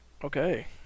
okay